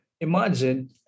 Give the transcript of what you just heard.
Imagine